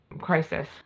crisis